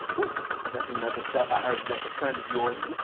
yes. that's another chef. i heard that that's a friend of yours.